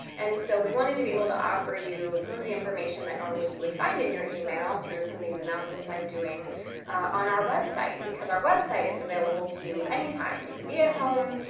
and so we wanted to be able to offer you some of the information that normally you would find in your email through some of these announcements i'm doing on our website, because our website is available to you anytime. you can be at home,